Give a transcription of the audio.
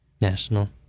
National